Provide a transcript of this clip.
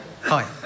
Hi